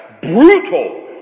brutal